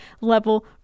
level